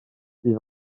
bydd